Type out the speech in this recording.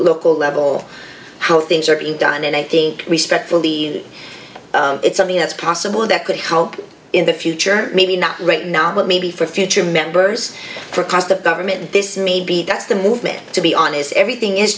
the level how things are being done and i think respect for the it's something that's possible that could help in the future maybe not right now but maybe for future members for cost of government this may be that's the movement to be on is everything is